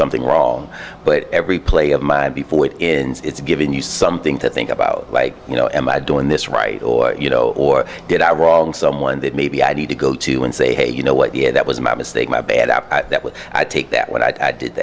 something wrong but every play of mine before it in it's given you something to think about like you know am i doing this right or you know or did i wrong someone that maybe i need to go to and say hey you know what yeah that was my mistake my bad that would i take that when i did